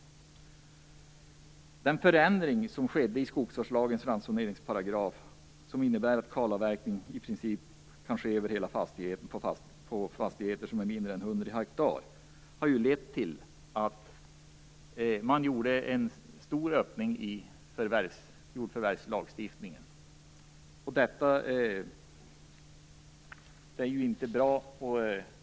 Den förändring av skogsvårdslagens ransoneringsparagraf, som innebär att kalavverkning i princip kan ske över hela fastigheten om den är mindre än 100 ha, har lett till en stor öppning i jordförvärvslagstiftningen. Detta är inte bra.